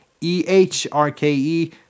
E-H-R-K-E